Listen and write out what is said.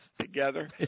together